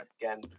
again